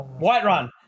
Whiterun